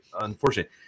unfortunately